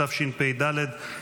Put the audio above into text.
התשפ"ד 2024,